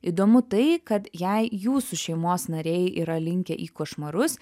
įdomu tai kad jei jūsų šeimos nariai yra linkę į košmarus